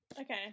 Okay